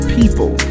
people